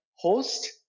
host